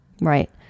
Right